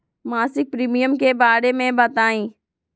मासिक प्रीमियम के बारे मे बताई?